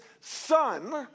son